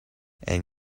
and